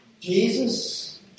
Jesus